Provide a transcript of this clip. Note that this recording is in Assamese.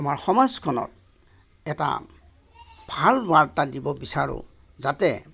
আমাৰ সমাজখনক এটা ভাল বাৰ্তা দিব বিচাৰোঁ যাতে